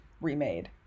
remade